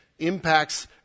impacts